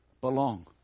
belong